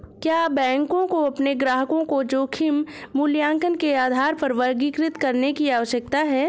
क्या बैंकों को अपने ग्राहकों को जोखिम मूल्यांकन के आधार पर वर्गीकृत करने की आवश्यकता है?